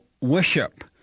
worship